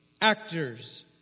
actors